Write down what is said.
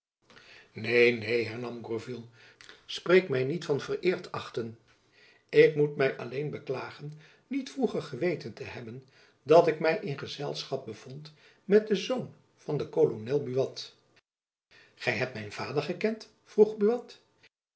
neen neen hernam gourville spreek my niet van vereerd achten ik moet my alleen beklagen niet vroeger geweten te hebben dat ik my in gezelschap bevond met den zoon van den kolonel buat gy hebt mijn vader gekend vroeg buat